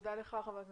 תודה לך ח"כ אבוטבול.